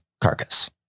carcass